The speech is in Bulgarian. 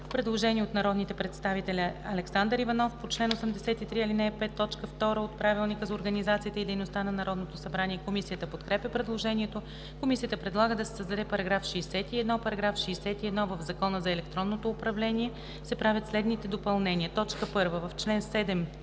предложение от народния представител Александър Иванов по чл. 83, ал. 5, т. 2 от Правилника за организацията и дейността на Народното събрание. Комисията подкрепя предложението. Комисията предлага да се създаде § 61: „§ 61. В Закона за електронното управление (обн., ДВ, бр. ...) се правят следните допълнения: 1.